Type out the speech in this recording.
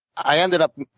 i ended up